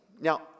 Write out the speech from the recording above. Now